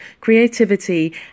creativity